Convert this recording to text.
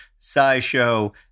SciShow